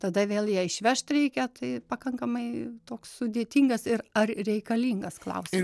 tada vėl ją išvežt reikia tai pakankamai toks sudėtingas ir ar reikalingas klausi